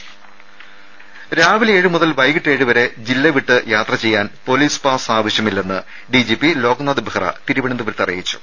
ദേദ രാവിലെ ഏഴുമുതൽ വൈകീട്ട് ഏഴുവരെ ജില്ല വിട്ട് യാത്ര ചെയ്യാൻ പൊലീസ് പാസ് ആവശ്യമില്ലെന്ന് ഡിജിപി ലോക്നാഥ് ബെഹ്റ തിരുവനന്തപുരത്ത് അറിയിച്ചു